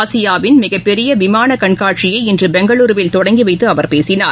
ஆசியாவின் மிகப்பெரியவிமானகண்காட்சியை இன்றுபெங்களுருவில் தொடங்கிவைத்துஅவர் பேசினார்